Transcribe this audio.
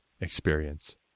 experience